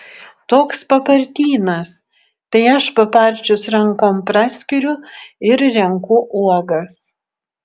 toks papartynas tai aš paparčius rankom praskiriu ir renku uogas